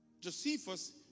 Josephus